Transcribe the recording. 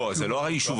לא, זה לא היישוב.